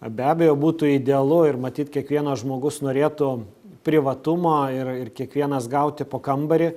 be abejo būtų idealu ir matyt kiekvienas žmogus norėtų privatumo ir ir kiekvienas gauti po kambarį